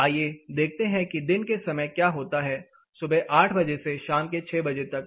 आइए देखते हैं कि दिन के समय क्या होता है इसे सुबह 8 बजे से शाम को 6 बजे तक